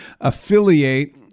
affiliate